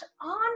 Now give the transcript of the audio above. on